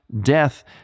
death